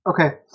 Okay